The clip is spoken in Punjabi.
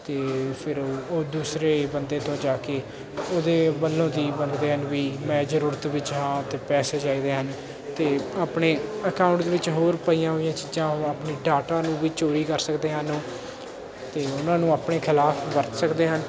ਅਤੇ ਫਿਰ ਉਹ ਦੂਸਰੇ ਬੰਦੇ ਤੋਂ ਜਾ ਕੇ ਉਹਦੇ ਵੱਲੋਂ ਦੀ ਵੀ ਮੈਂ ਜ਼ਰੂਰਤ ਵਿੱਚ ਹਾਂ ਅਤੇ ਪੈਸੇ ਚਾਹੀਦੇ ਹਨ ਅਤੇ ਆਪਣੇ ਅਕਾਊਂਟ ਦੇ ਵਿੱਚ ਹੋਰ ਪਈਆਂ ਹੋਈਆਂ ਚੀਜ਼ਾਂ ਆਪਣੀ ਡਾਟਾ ਨੂੰ ਵੀ ਚੋਰੀ ਕਰ ਸਕਦੇ ਹਨ ਅਤੇ ਉਹਨਾਂ ਨੂੰ ਆਪਣੇ ਖਿਲਾਫ ਵਰਤ ਸਕਦੇ ਹਨ